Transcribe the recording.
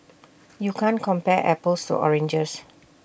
you can't compare apples to oranges